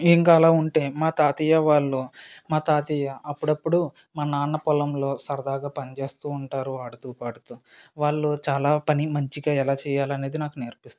ఇంకా అలా ఉంటే మా తాతయ్య వాళ్ళు మా తాతయ్య అప్పుడప్పుడు మా నాన్న పొలంలో సరదాగా పని చేస్తు ఉంటారు ఆడుతు పాడుతు వాళ్ళు చాలా పని మంచిగా ఎలా చేయాలి అనేది నాకు నేర్పిస్తు ఉంటారు